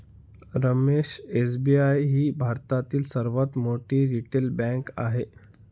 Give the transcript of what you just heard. Ramesh SBI ही भारतातील सर्वात मोठी रिटेल बँक आहे